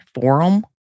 forum